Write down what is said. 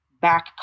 back